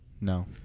No